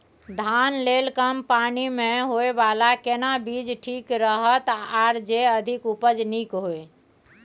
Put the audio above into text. धान लेल कम पानी मे होयबला केना बीज ठीक रहत आर जे अधिक उपज नीक होय?